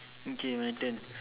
okay my turn